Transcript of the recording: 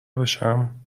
بشم